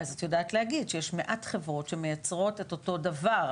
ואז את יודעת להגיד שיש מעט חברות שמייצרות את אותו דבר.